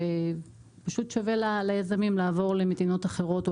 ופשוט שווה ליזמים לעבור למדינות אחרות או